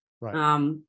Right